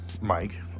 Mike